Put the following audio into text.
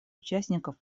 участников